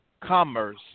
commerce